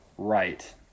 Right